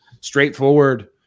straightforward